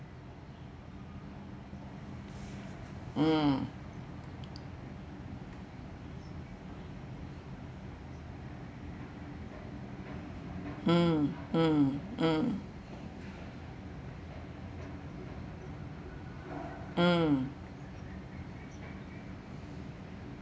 mm mm mm mm mm